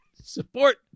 Support